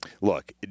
Look